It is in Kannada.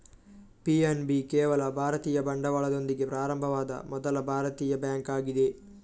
ಪಿ.ಎನ್.ಬಿ ಕೇವಲ ಭಾರತೀಯ ಬಂಡವಾಳದೊಂದಿಗೆ ಪ್ರಾರಂಭವಾದ ಮೊದಲ ಭಾರತೀಯ ಬ್ಯಾಂಕ್ ಆಗಿದೆ